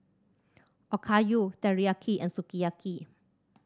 Okayu Teriyaki and Sukiyaki